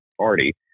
Party